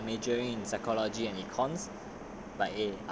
just cause why I'm majoring in psychology and econs